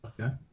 Okay